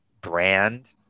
brand